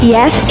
Yes